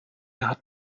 hat